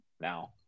now